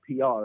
PR